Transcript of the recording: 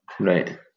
Right